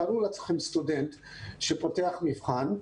תארו לעצמכם סטודנט שפותח מבחן,